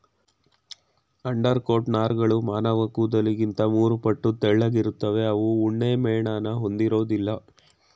undercoat ನಾರ್ಗಳು ಮಾನವಕೂದ್ಲಿಗಿಂತ ಮೂರುಪಟ್ಟು ತೆಳ್ಳಗಿರ್ತವೆ ಅವು ಉಣ್ಣೆಮೇಣನ ಹೊಂದಿರೋದಿಲ್ಲ